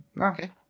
Okay